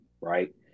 Right